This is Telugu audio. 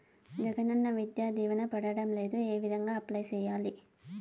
జగనన్న విద్యా దీవెన పడడం లేదు ఏ విధంగా అప్లై సేయాలి